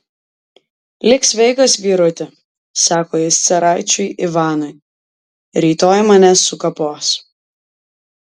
lik sveikas vyruti sako jis caraičiui ivanui rytoj mane sukapos